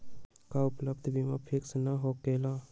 का उपलब्ध बीमा फिक्स न होकेला?